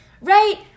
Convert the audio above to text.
right